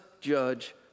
judge